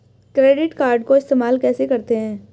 Credit card को इस्तेमाल कैसे करते हैं?